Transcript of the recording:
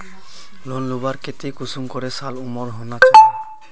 Loan लुबार केते कुंसम करे साल उमर होना चही?